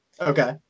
okay